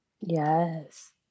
yes